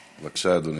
בבקשה, אדוני.